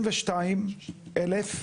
22,000,